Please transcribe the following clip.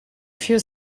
für